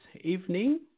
evening